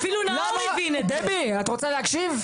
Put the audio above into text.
דבי את רוצה להקשיב,